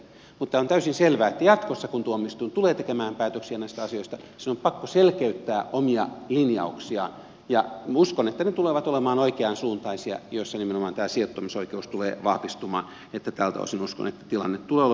mutta on täysin selvää että jatkossa kun tuomioistuin tulee tekemään päätöksiä näistä asioista sen on pakko selkeyttää omia linjauksiaan ja minä uskon että ne tulevat olemaan oikeansuuntaisia ja niissä nimenomaan tämä sijoittautumisoikeus tulee vahvistumaan joten tältä osin uskon että tilanne tulee olemaan hyvä